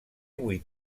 vuit